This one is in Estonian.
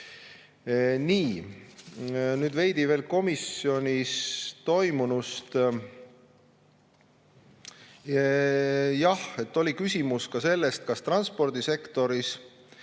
Nii, nüüd veidi veel komisjonis toimunust. Jah, oli küsimus ka sellest, kas transpordisektoris